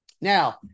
Now